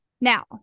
Now